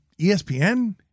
ESPN